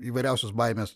įvairiausios baimės